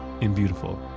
and beautiful!